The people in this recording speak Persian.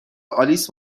آلیس